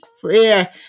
fear